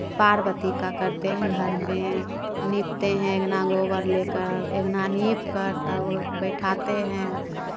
पार्वती का करते हैं घर में नीपते हैं अंगना गोबर लेकर अंगना नीप कर तब बैठाते हैं